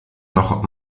noch